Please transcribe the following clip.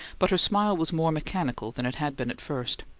but her smile was more mechanical than it had been at first.